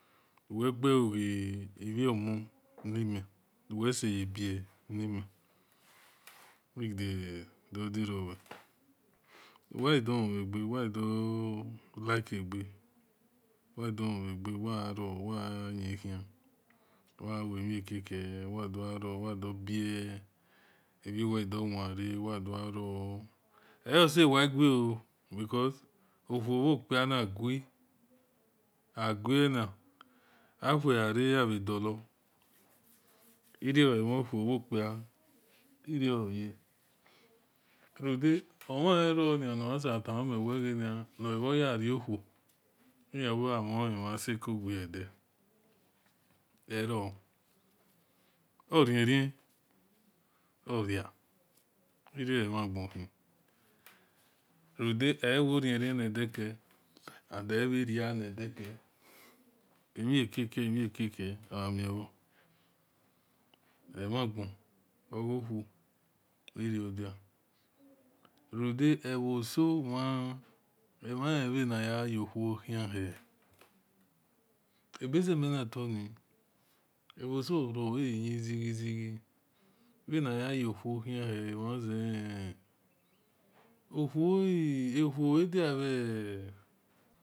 Nuwe gbelo ghi emhonmo nuwe seye bie nime wa do like egbe wa do lomhel ghe wa do bie wa do gha ive mie keke ibhiuwe ghi dor wanre wa dorghar ro eyose wa gui oo because okhuo bho kpia na gui akhue gha re-abhe dolok irio emhon khuo bho kpia irio oye runda omhan ro nor ya saba ramame wel noe e̠bhor ria rio khuo iyabha- mhoo mhan se gui ede ero orien-rien-oria ino emhan gho khi runde ewo rien rien nede ke ebhe-ria nede ke emhie-ekeke-emhi ekeke o̠amie bhor bhe mhan gbon ogho khuo irio ordia runde ebho so mhaen bhe na ya yo khuo khian nel ebeze mel na tor ni ebho so roi eyin zighi-zighi bhe naya yokhuo khian hel eman zewele okuo edia-bhe e̠